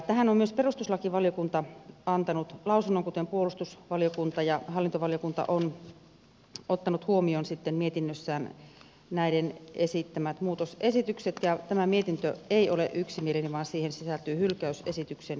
tähän ovat myös perustuslakivaliokunta ja puolustusvaliokunta antaneet lausuntonsa ja hallintovaliokunta on ottanut huomioon sitten mietinnöissään näiden esittämät muutosesitykset ja tämä mietintö ei ole yksimielinen vaan siihen sisältyy hylkäysesityksen